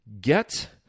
Get